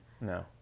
No